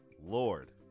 lord